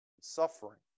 suffering